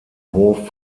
hof